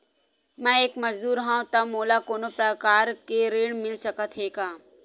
मैं एक मजदूर हंव त मोला कोनो प्रकार के ऋण मिल सकत हे का?